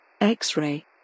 X-ray